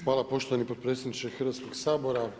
Hvala poštovani potpredsjedniče Hrvatskog sabora.